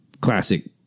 classic